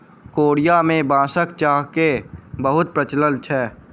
Korea में बांसक चाह के बहुत प्रचलन छै